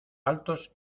altos